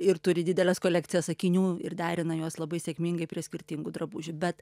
ir turi dideles kolekcijas akinių ir derina juos labai sėkmingai prie skirtingų drabužių bet